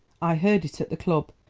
i heard it at the club.